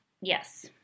Yes